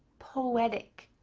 poetic,